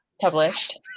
published